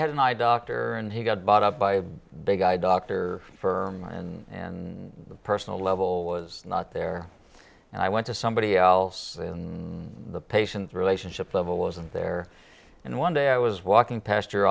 had an eye doctor and he got bought up by a big eye doctor for my personal level was not there and i went to somebody else in the patient relationship level wasn't there and one day i was walking past your